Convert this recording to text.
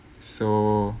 so